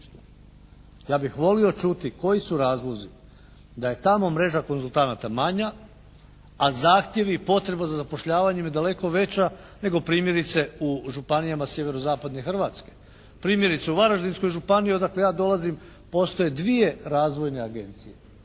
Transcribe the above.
Ja bih volio čuti koji su razlozi da je tamo mreža konzultanata manja, a zahtjevi i potreba za zapošljavanjem je daleko veća nego primjerice u županijama sjeverozapadne Hrvatske. Primjerice u Varaždinskoj županiji odakle ja dolazim, postoje dvije razvojne agencije